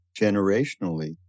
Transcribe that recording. generationally